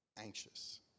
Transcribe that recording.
anxious